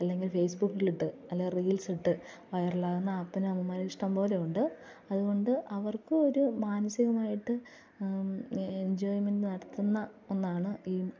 അല്ലെങ്കില് ഫേസ്ബുക്കിലിട്ട് അല്ലെങ്കിൽ റീല്സിട്ട് വൈറലാകുന്ന അപ്പനും അമ്മമാരും ഇഷ്ടംപോലെയുണ്ട് അതുകൊണ്ട് അവര്ക്കുമൊരു മാനസികമായിട്ട് എഞ്ചോയ്മെന്റ് നടത്തുന്ന ഒന്നാണ് ഈ